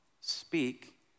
speak